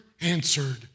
answered